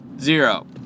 Zero